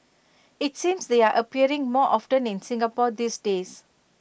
IT seems they're appearing more often in Singapore these days